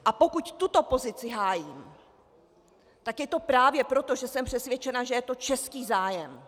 A pokud tuto pozici hájím, tak je to právě proto, že jsem přesvědčena, že je to český zájem.